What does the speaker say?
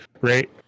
right